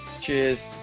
Cheers